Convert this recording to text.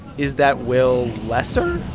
is that will lesser?